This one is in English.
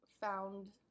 found